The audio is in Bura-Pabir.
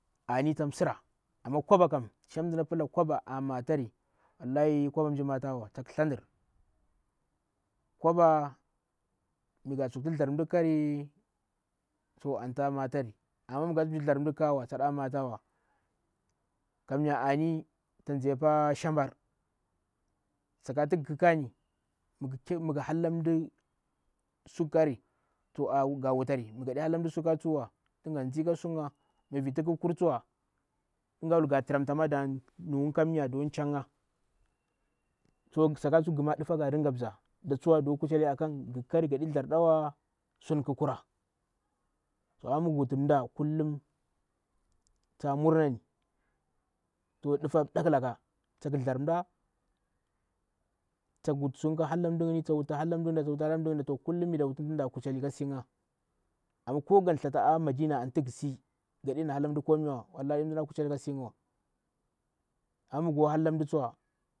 Anitamsira mi koba kam shang mda na pillanga koba aah matari wallahi koba mshjii matarwa takghu tsthandri. Ko baa migha tsokti thzdjar mda khikari anti ahmatari migha ɗa thzdjar mda kwa to taɗa matawa. kummya ani ta ndze paa shambar sakati gha hhikaani mighu haullan mda to gawutari mighadi hanlla duwa tin to tin ga ndzi ka sungha. Vinti khi kurtsuwa tin ga wutma go tramta wulgha da changha. So saka ghuma nɗufah gha aring mza; da tsuwa do kuchelli. ghu kari gaɗi thzdjr dawa kulin tsuwa khi kura. Amma mighu wuti mda kullum ta murnani nɗufah mbdaklaka, takhi thzdjar mda. Tawuti sunghi ka halla mdu ngni tawuti sun ngni ka hallan mdu ngni, to kullum mi ɗaakwutigha da kucheli ka siiyingha. Amma koo gan tstharta a madina antu ghu sii, gadena halla mda komaiwa wallahi adi mdana kuchelli ka sungha wa amma mighana kwa hallum mda tsuwa.